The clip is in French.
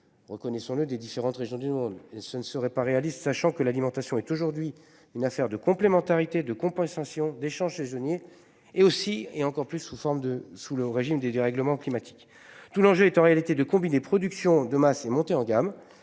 reconnaissons-le, des différentes régions du monde, ce ne serait pas réaliste, sachant que l'alimentation est aujourd'hui une affaire de complémentarité de compensation d'échanges saisonnier et aussi et encore plus sous forme de sous le régime des dérèglements climatiques. Tout l'enjeu est en réalité de combiner production de masse et monter en gamme